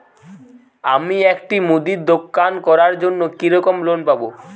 আমি একটি মুদির দোকান করার জন্য কি রকম লোন পাব?